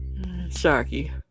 Sharky